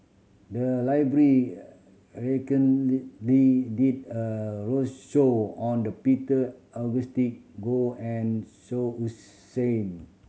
the library did a roadshow on the Peter Augustine Goh and Shah Hussain